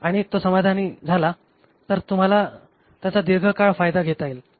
आणि तो समाधानी झाला तर तुम्हाला त्याचा दीर्घकाळ फायदा घेता येईल